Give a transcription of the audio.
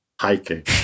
hiking